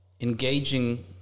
engaging